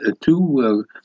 two